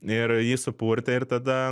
ir jį supurtė ir tada